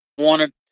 Wanted